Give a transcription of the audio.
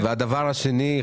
והדבר השני,